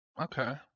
Okay